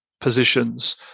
positions